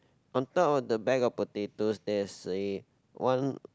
on top of the bag of potatoes there's a one